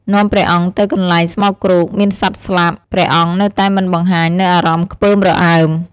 នាំព្រះអង្គទៅកន្លែងស្មោកគ្រោក មានសត្វស្លាប់ ព្រះអង្គនៅតែមិនបង្ហាញនូវអារម្មណ៍ខ្ពើមរអើម។